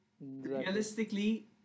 Realistically